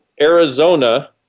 Arizona